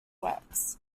works